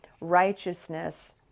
righteousness